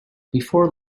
before